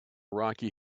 rocky